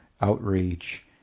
outreach